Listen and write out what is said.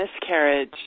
miscarriage